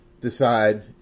decide